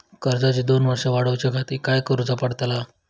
कर्जाची दोन वर्सा वाढवच्याखाती काय करुचा पडताला?